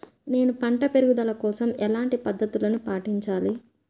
నేను పంట పెరుగుదల కోసం ఎలాంటి పద్దతులను పాటించాలి?